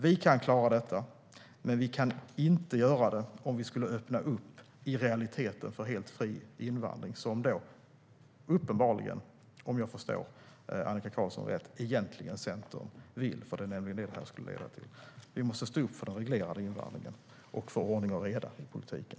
Vi kan klara detta, men vi kan inte göra det om vi öppnar för en i realiteten helt fri invandring, som - om jag förstår Annika Qarlsson rätt - Centern egentligen vill. Det är nämligen det som det här skulle leda till. Vi måste stå upp för den reglerade invandringen och för ordning och reda i politiken.